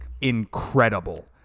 incredible